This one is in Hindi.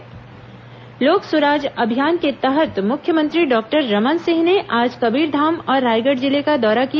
लोक सुराज अभियान लोक सुराज अभियान के तहत मुख्यमंत्री डॉक्टर रमन सिंह ने आज कबीरधाम और रायगढ़ जिले का दौरा किया